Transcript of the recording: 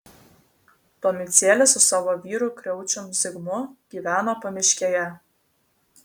domicėlė su savo vyru kriaučium zigmu gyveno pamiškėje